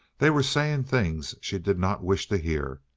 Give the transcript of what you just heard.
they were saying things she did not wish to hear,